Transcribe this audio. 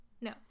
No